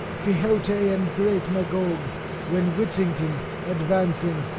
quixote and great magog when whittington advancing